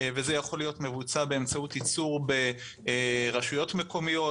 וזה יכול להיות מבוצע באמצעות ייצור ברשויות מקומיות,